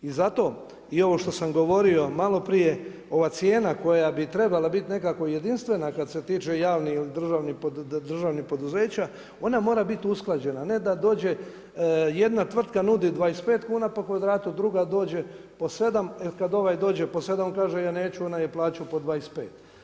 I zato i ovo što sam govorio malo prije, ova cijena koja bi trebala biti nekako jedinstvena kad se tiče javnih državnih poduzeća ona mora biti usklađena, a ne da dođe jedna tvrtka nudi 25 kuna po kvadratu, druga dođe po 7. Kad ovaj dođe po 7 kaže ja neću, onaj je plaćao po 25.